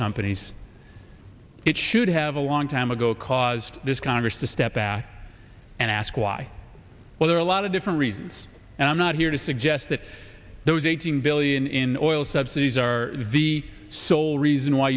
companies it should have a long time ago caused this congress to step back and ask why well there are a lot of different reasons and i'm not here to suggest that there was a in oil subsidies are the sole reason why